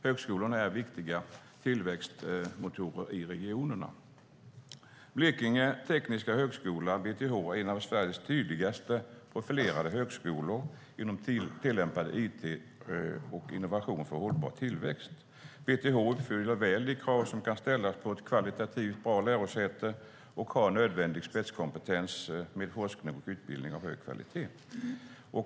Högskolorna är viktiga tillväxtmotorer i regionerna. Blekinge Tekniska Högskola, BTH, är en av Sveriges tydligaste profilerade högskolor inom tillämpad it och innovation för hållbar tillväxt. BTH uppfyller väl de krav som kan ställas på ett kvalitativt bra lärosäte och har nödvändig spetskompetens med forskning och utbildning av hög kvalitet.